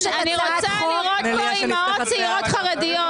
אני לא אוותר לכם עד שתפתחו את היבוא המקביל למוצרי תינוקות.